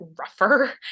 rougher